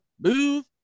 move